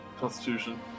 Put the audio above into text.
Constitution